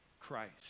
Christ